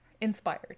Inspired